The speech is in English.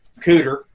Cooter